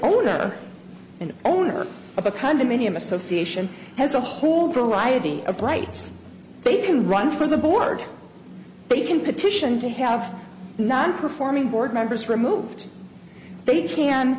owner and owner of a condominium association has a whole variety of rights they can run for the board but you can petition to have non performing board members removed they